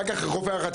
אתה רוצה